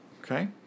Okay